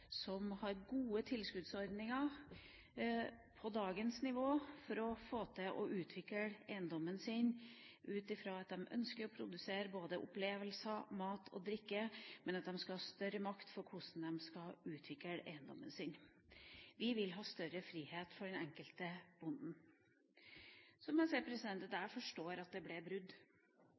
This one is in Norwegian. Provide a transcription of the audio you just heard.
som har gode tilskuddsordninger – på dagens nivå – for å kunne utvikle eiendommen sin, ut fra at de ønsker å produsere både opplevelser, mat og drikke, men vi ønsker at de skal ha større makt med hensyn til hvordan de skal utvikle eiendommen sin. Vi vil ha større frihet for den enkelte bonden. Jeg forstår at det ble brudd